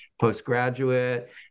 postgraduate